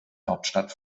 hauptstadt